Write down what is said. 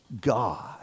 God